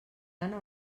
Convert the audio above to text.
gana